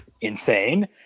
insane